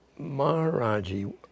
Maharaji